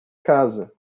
casa